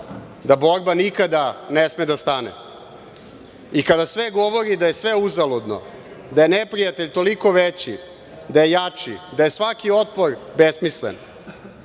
da borba nikada ne sme da stane? I kada sve govori da je sve uzaludno, da je neprijatelj toliko veći, da je jači, da je svaki otpor besmislen,